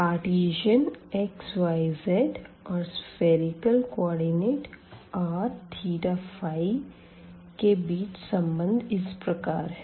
Cartesian xyz और spherical coordinate rθϕ के बीच संबंध इस प्रकार है